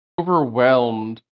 overwhelmed